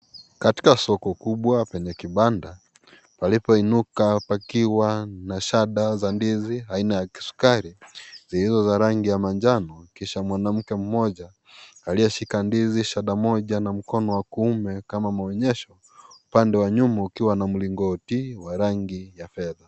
Katika soko kubwa penye kibanda palipoinuka pakiwa na shada za ndizi aina ya kisukari zilizo na rangi ya manjana kisha mwanamke mmoja aliyeshika ndizi shada moja mkononi wa kuume kama maonyesho upande wa nyuma ukiwa na mlingoti wa rangi ya fedha.